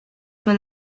well